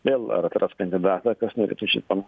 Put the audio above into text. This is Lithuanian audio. vėl ar atras kandidatą kas norėtų šitam